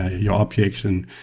ah your objects, and